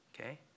Okay